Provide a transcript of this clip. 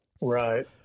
Right